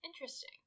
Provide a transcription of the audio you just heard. interesting